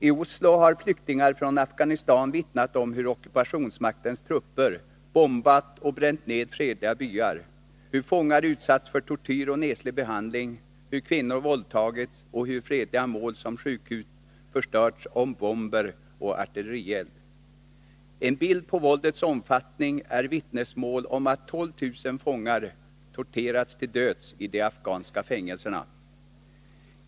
I Oslo har flyktingar från Afghanistan vittnat om hur ockupationsmaktens trupper bombat och bränt ner fredliga byar, hur fångar utsatts för tortyr och neslig behandling, hur kvinnor våldtagits och hur fredliga anläggningar som sjukhus förstörts av bomber och artillerield. En bild av våldets omfattning ger vittnesmål om att 12 000 fångar torterats till döds i de afghanska fängelserna.